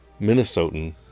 Minnesotan